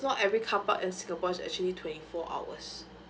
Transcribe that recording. not every carpark in singapore actually twenty four hours